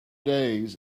days